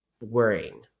worrying